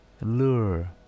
lure